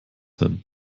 hin